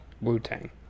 Wu-Tang